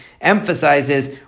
emphasizes